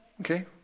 Okay